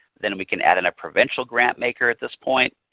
then we can add in a provincial grant maker at this point.